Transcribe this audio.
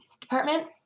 department